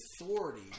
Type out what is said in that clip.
authority